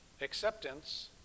acceptance